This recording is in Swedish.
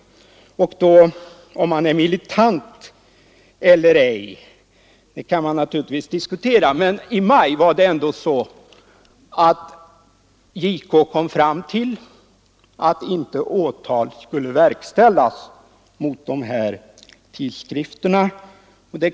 Om reservanterna är militanta eller ej kan man naturligtvis diskutera. Men i maj kom JK ändå fram till att åtal inte skulle väckas mot tidskrifterna.